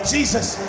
Jesus